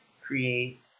Create